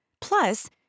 Plus